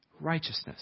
righteousness